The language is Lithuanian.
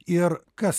ir kas